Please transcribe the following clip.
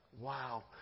Wow